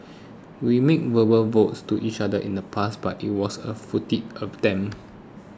we made verbal vows to each other in the past but it was a futile attempt